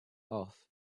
off